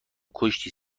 کشتی